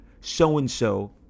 so-and-so